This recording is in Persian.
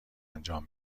انجام